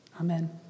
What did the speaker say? Amen